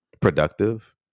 productive